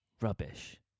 rubbish